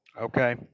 Okay